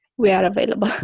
we are available.